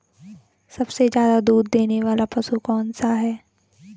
सबसे ज़्यादा दूध देने वाला पशु कौन सा है?